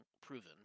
proven